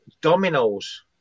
dominoes